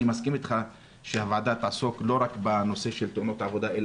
אני מסכים איתך שהוועדה תעסוק לא רק בנושא של תאונות עבודה בענף הבניין,